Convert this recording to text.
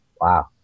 Wow